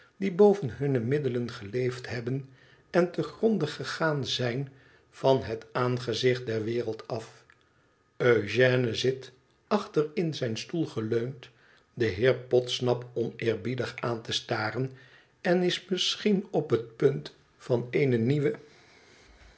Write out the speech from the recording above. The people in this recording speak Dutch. die boven hunne middelen geleefd hebben en te gronde gegaan zijn van het aangezicht der wereld af eugène zit achter in zijn stoel geleund den heer podsnap oneerbiedig aan te staren en is misschien op het punt van eene nieuwe